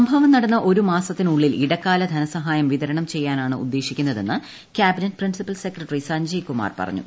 സംഭവം നടന്ന് ഒരു മാസത്തിനുള്ളിൽ ഇടക്കാല ധനസഹായം വിതരണം ചെയ്യാനാണ് ഉദ്ദേശിക്കുന്നതെന്ന് കൃാബിനറ്റ് പ്രിൻസിപ്പൽ സെക്രട്ടറി സജ്ഞയ്കുമാർ പറഞ്ഞു